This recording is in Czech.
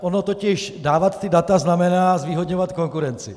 Ono totiž dávat ta data znamená zvýhodňovat konkurenci.